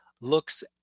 looks